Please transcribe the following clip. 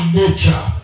nature